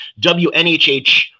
WNHH